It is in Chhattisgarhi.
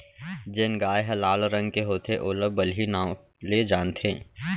जेन गाय ह लाल रंग के होथे ओला बलही नांव ले जानथें